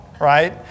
right